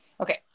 Okay